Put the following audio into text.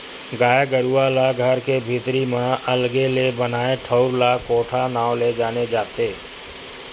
गाय गरुवा ला घर के भीतरी म अलगे ले बनाए ठउर ला कोठा नांव ले जाने जाथे